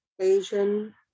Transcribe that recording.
Asian